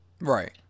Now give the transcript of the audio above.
Right